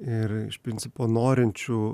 ir iš principo norinčių